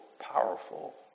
powerful